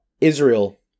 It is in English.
Israel